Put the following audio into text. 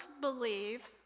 believe